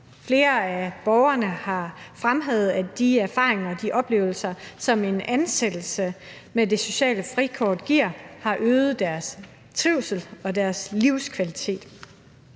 Flere af borgerne har fremhævet, at de erfaringer og de oplevelser, som en ansættelse med det sociale frikort giver, har øget deres trivsel og deres livskvalitet.